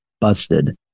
busted